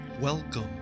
Welcome